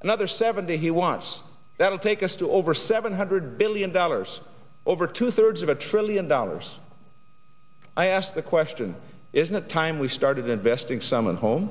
another seventy he wants that will take us to over seven hundred billion dollars over two thirds of a trillion dollars i asked the question isn't it time we started investing some in home